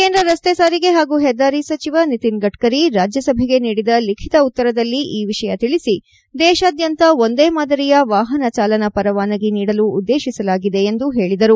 ಕೇಂದ್ರ ರಸ್ತೆ ಸಾರಿಗೆ ಹಾಗೂ ಹೆದ್ದಾರಿ ಸಚಿವ ನಿತಿನ್ಗಡ್ಡರಿ ರಾಜ್ಯ ಸಭೆಗೆ ಲಿಖಿತ ಉತ್ತರದಲ್ಲಿ ಈ ವಿಷಯ ಕಳಿಸಿ ದೇಶಾದ್ಯಂತ ಒಂದೇ ಮಾದರಿಯ ವಾಹನ ಚಾಲನೆ ಪರವಾನಗಿ ನೀಡಲು ಉದ್ದೇಶಿಸಲಾಗಿದೆ ಎಂದು ಹೇಳಿದರು